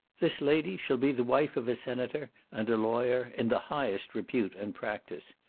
this lady shall be the wife of a senator and a lawyer in the highest repute and practice.